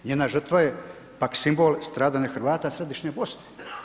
Njena žrtva je pak simbol stradanja Hrvata Središnje Bosne.